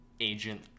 agent